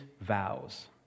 vows